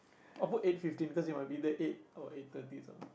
or put eight fifteen because he might be there eight or eight thirty sort of